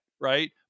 right